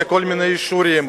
לכל מיני אישורים,